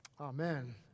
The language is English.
Amen